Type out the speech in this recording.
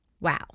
Wow